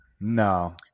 no